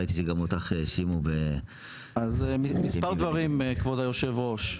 ראיתי שגם אותך האשימו --- אז מספר דברים כבוד יושב הראש,